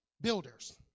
builders